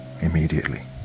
immediately